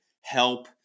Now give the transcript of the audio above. help